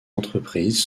entreprises